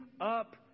up